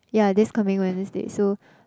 ya this coming Wednesday so